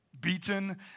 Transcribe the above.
beaten